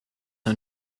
own